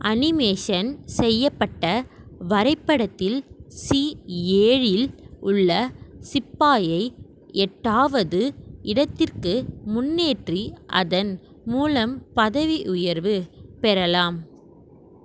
animation செய்யப்பட்ட வரைபடத்தில் C ஏழில் உள்ள சிப்பாயை எட்டாவது இடத்திற்கு முன்னேற்றி அதன் மூலம் பதவி உயர்வு பெறலாம்